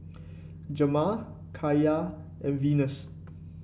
Jamar Kaiya and Venus